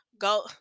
Go